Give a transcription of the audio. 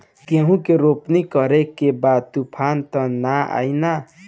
गेहूं के रोपनी करे के बा तूफान त ना आई न?